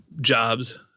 jobs